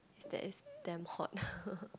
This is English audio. is that it's damn hot